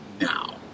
now